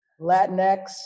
Latinx